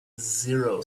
zero